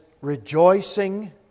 Rejoicing